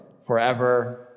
forever